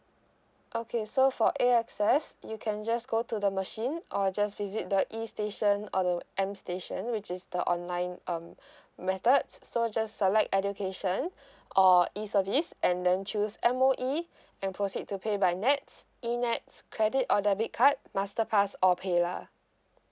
okay so for A_X_S you can just go to the machine or just visit the E station or the M station which is the online um methods so just select education or e service and then choose M_O_E and proceed to pay by nets e nets credit or debit card master pass or PayLah!